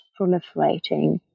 proliferating